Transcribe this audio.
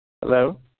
Hello